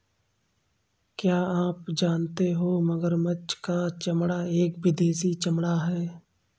क्या आप जानते हो मगरमच्छ का चमड़ा एक विदेशी चमड़ा है